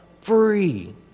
free